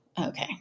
okay